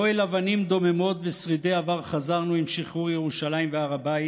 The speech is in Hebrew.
לא אל אבנים דוממות ושרידי עבר חזרנו עם שחרור ירושלים והר הבית